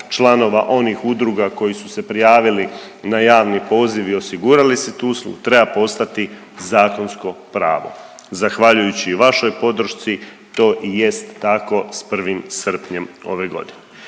članova onih udruga koji su se prijavili na javni poziv i osigurali si tu uslugu treba postati zakonsko pravo. Zahvaljujući i vašoj podršci to i jest tako s 1. srpnjem ove godine.